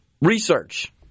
research